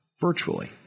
virtually